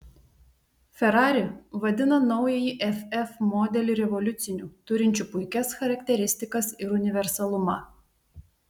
ferrari vadina naująjį ff modelį revoliuciniu turinčiu puikias charakteristikas ir universalumą